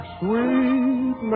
sweet